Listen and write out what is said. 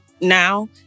now